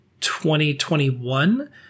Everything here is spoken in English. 2021